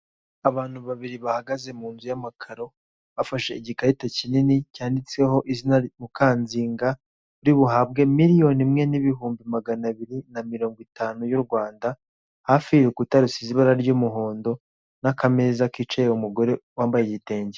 Abantu babiri bahagaze mu nzu y'amakaro, bafashe igikarita kinini cyanditseho izina Mukanzinga, riri buhabwe muriyoni imwe na magana abiri na mirongo itanu y' u Rwanda hafi y'igikuta gisize ibara ry'umuhondo n'akameza kicayeho umugore wambaye igitenge.